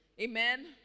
Amen